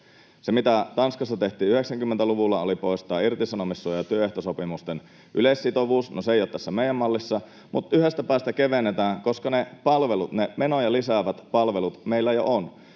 Se, mitä Tanskassa tehtiin 90-luvulla, oli poistaa irtisanomissuoja ja työehtosopimusten yleissitovuus. No, se ei ole tässä meidän mallissamme, mutta yhdestä päästä kevennetään, koska ne palvelut, ne menoja lisäävät palvelut, meillä jo ovat.